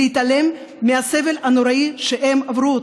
להתעלם מהסבל הנוראי שהם עברו?